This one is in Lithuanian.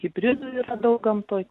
hibridų yra daug gamtoj